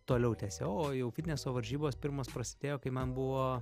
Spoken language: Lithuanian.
toliau tęsiau o jau fitneso varžybos pirmos prasidėjo kai man buvo